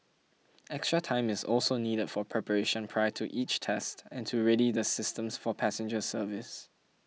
extra time is also needed for preparation prior to each test and to ready the systems for passenger service